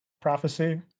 prophecy